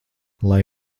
lai